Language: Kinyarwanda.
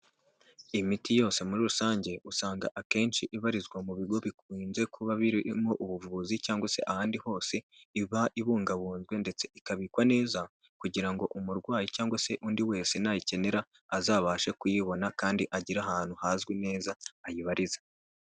Imiti yose muri rusange usanga akenshi ibarizwa mu bigo bikunze kuba birimo ubuvuzi cyangwa se ahandi hose, iba ibungabunzwe ndetse ikabikwa, neza kugira ngo umurwayi cyangwa se undi wese nayikenera azabashe kuyibona kandi agire ahantu hazwi neza ayibaririza.